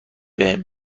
بهم